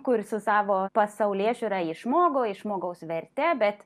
kur su savo pasaulėžiūra į žmogų į žmogaus verte bet